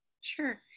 sure